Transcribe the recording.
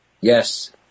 yes